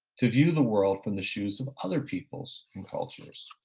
to view the world from the shoes of other peoples and cultures.